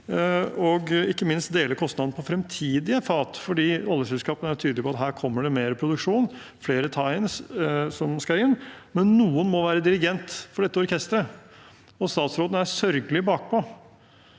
og ikke minst dele kostnadene på framtidige fat. Oljeselskapene er tydelige på at her kommer det mer produksjon, flere «tieins» som skal inn, men noen må være dirigent for dette orkesteret. Statsråden er sørgelig bakpå.